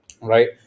Right